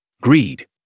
Greed